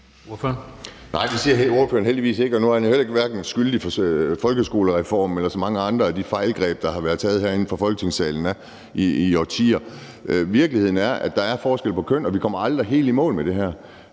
Nej, det siger ordføreren heldigvis ikke, og nu er han jo heller ikke skyldig i hverken folkeskolereformen eller mange af de andre fejlgreb, der i årtier er taget her fra Folketingets side. Virkeligheden er, at der er forskel på køn, og at vi aldrig kommer helt i mål med det her.